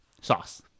sauce